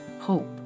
hope